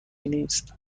نیست